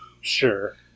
Sure